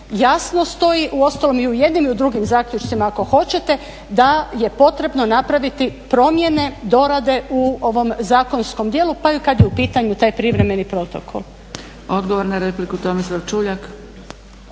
jasno stoji, uostalom i u jednim i u drugim zaključcima ako hoćete da je potrebno napraviti promjene dorade u ovom zakonskom djelu, pa i kad je u pitanju taj privremeni protokol. **Zgrebec, Dragica